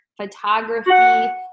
photography